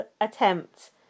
attempt